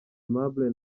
aimable